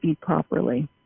properly